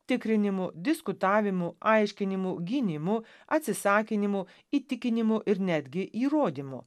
tikrinimu diskutavimu aiškinimu gynimu atsisakinimu įtikinimu ir netgi įrodymu